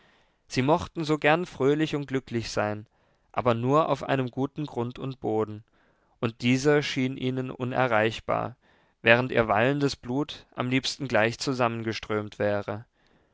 sie mochten so gern fröhlich und glücklich sein aber nur auf einem guten grund und boden und dieser schien ihnen unerreichbar während ihr wallendes blut am liebsten gleich zusammengeströmt wäre